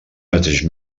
mateix